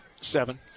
seven